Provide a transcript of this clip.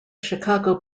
chicago